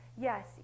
Yes